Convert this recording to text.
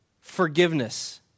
forgiveness